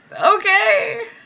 okay